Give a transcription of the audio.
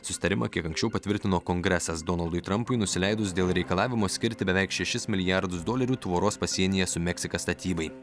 susitarimą kiek anksčiau patvirtino kongresas donaldui trampui nusileidus dėl reikalavimo skirti beveik šešis milijardus dolerių tvoros pasienyje su meksika statybai